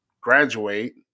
graduate